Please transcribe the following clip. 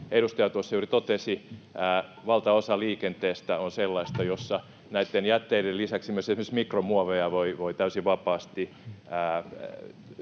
edustaja tuossa juuri totesi, valtaosa liikenteestä on sellaista, jossa näitten jätteiden lisäksi myös esimerkiksi mikromuoveja voi täysin vapaasti